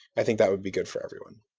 i think that would be good for everyone.